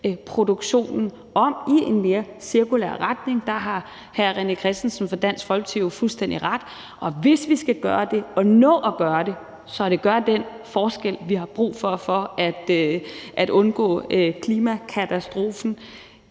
produktionen om i en mere cirkulær retning. Der har hr. René Christensen fra Dansk Folkeparti jo fuldstændig ret. Og hvis vi skal gøre det og nå at gøre det, så det gør den forskel, vi har brug for, i forhold til at undgå klimakatastrofen,